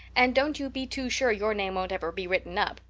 and don't you be too sure your name won't ever be written up.